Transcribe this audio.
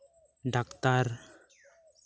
doctor